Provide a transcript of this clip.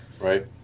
right